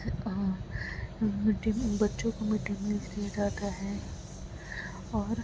اور mid day meal بچوں کو مڈ ڈے میل دیا جاتا ہے اور